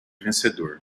vencedor